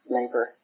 labor